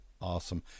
Awesome